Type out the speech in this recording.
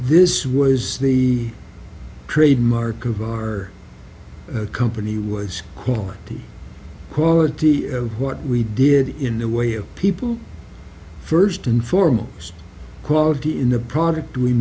this was the trademark of our company was calling the quality of what we did in the way of people first and foremost quality in the product we